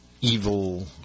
evil